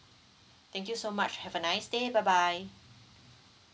thank you so much have a nice day bye bye